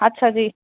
ਅੱਛਾ ਜੀ